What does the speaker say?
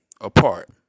apart